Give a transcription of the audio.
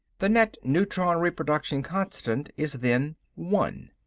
the net neutron reproduction constant is then one.